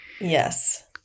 Yes